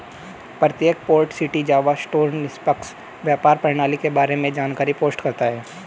प्रत्येक port city Java store निष्पक्ष व्यापार प्रणाली के बारे में जानकारी पोस्ट करता है